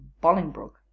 Bolingbroke